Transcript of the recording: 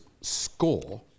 score